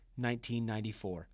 1994